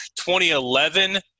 2011